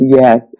Yes